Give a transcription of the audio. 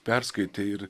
perskaitei ir